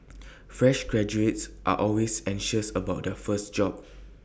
fresh graduates are always anxious about their first job